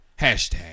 Hashtag